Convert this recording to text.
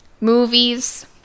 movies